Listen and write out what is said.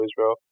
Israel